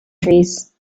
trees